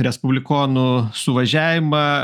respublikonų suvažiavimą